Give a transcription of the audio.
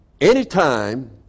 anytime